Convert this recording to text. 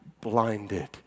blinded